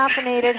caffeinated